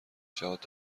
جهات